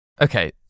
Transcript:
Okay